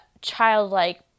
childlike